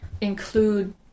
include